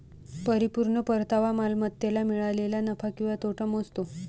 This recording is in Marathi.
परिपूर्ण परतावा मालमत्तेला मिळालेला नफा किंवा तोटा मोजतो